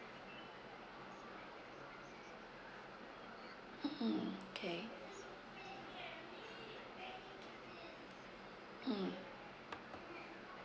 mmhmm okay mm